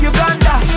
Uganda